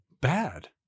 Bad